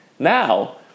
Now